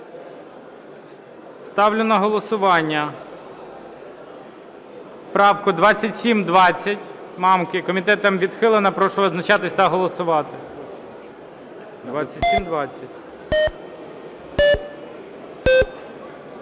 Ставлю на голосування правку 2720 Мамки. Комітетом відхилено. Прошу визначатися та голосувати.